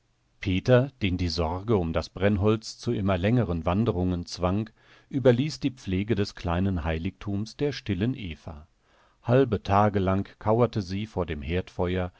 peter den die sorge um das brennholz zu immer längeren wanderungen zwang überließ die pflege des kleinen heiligtums der stillen eva halbe tage lang kauerte sie vor dem herdfeuer